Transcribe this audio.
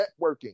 networking